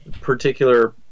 particular